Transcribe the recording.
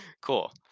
Cool